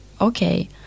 okay